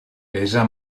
pesa